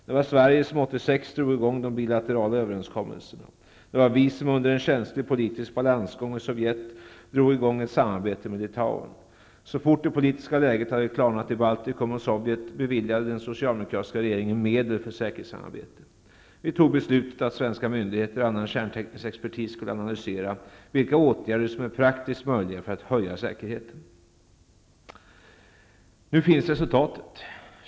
Det var Sverige som 1986 drog i gång de bilaterala överenskommelserna. Det var vi som under en känslig politisk balansgång med Sovjet drog i gång ett samarbete med Litauen. Så fort det politiska läget hade klarnat i Baltikum och Sovjet beviljade den socialdemokratiska regeringen medel för säkerhetssamarbete. Vi fattade beslut om att svenska myndigheter och annan kärnteknisk expertis skulle analysera vilka åtgärder som är praktiskt möjliga för att höja säkerheten. Nu finns resultatet.